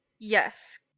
Yes